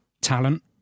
Talent